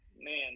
Man